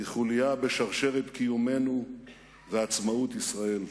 כחוליה בשרשרת קיומנו ועצמאות ישראל."